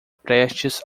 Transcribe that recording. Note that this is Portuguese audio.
prestes